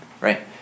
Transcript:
right